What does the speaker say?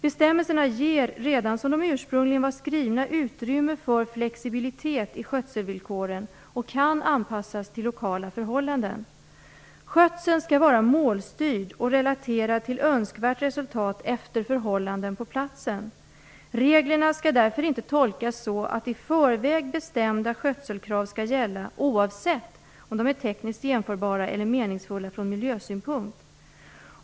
Bestämmelserna ger, redan som de ursprungligen var skrivna, utrymme för flexibilitet i skötselvillkoren och kan anpassas till lokala förhållanden. Skötseln skall vara målstyrd och relaterad till önskvärt resultat efter förhållandena på platsen. Reglerna skall därför inte tolkas så att i förväg bestämda skötselkrav skall gälla oavsett om de är tekniskt genomförbara eller meningsfulla från miljösynpunkt.